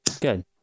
Good